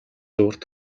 урт